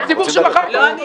את הציבור שבחר בנו.